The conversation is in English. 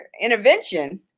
intervention